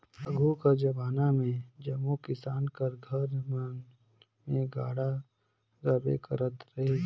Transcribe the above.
आघु कर जबाना मे जम्मो किसान कर घर मन मे गाड़ा रहबे करत रहिस